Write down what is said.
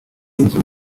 y’inzu